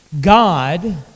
God